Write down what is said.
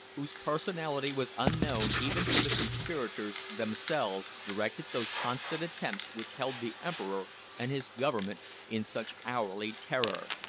whose personality was unknown even to the conspirators themselves, directed those constant attempts which held the emperor and his government in such hourly terror.